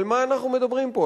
על מה אנחנו מדברים פה,